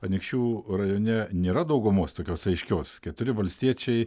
anykščių rajone nėra daugumos tokios aiškios keturi valstiečiai